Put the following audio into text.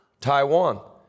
Taiwan